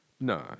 No